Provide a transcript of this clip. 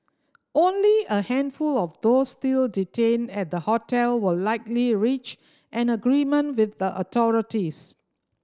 only a handful of those still detained at the hotel will likely reach an agreement with the authorities